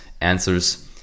answers